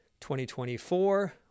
2024